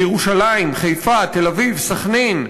בירושלים, בחיפה, בתל-אביב, בסח'נין,